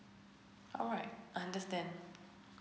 alright I understand